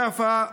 יפא,